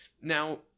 Now